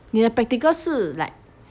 你的 practical 是 like